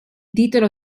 titolo